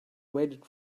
waited